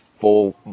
full